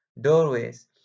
Doorways